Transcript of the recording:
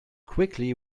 quickly